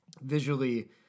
visually